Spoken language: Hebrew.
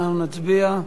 אנחנו נצביע.